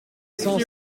cent